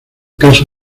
caso